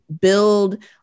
build